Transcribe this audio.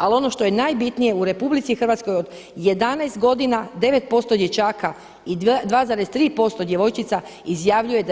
Ali ono što je najbitnije u RH od 11 godina 9% dječaka i 2,3% djevojčica izjavljuje